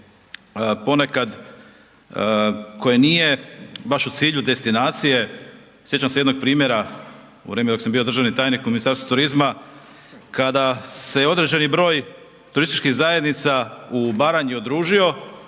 ponekad koje nije baš u cilju destinacije, sjećam se jednog primjera u vrijeme dok sam bio državni tajnik u Ministarstvu turizma kada se određeni broj turističkih zajednica u Baranji udružio